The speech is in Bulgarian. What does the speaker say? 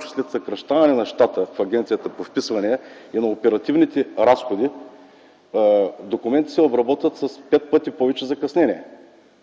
че след съкращаване на щата в Агенцията по вписвания и на оперативните разходи документите се обработват с пет пъти повече закъснение.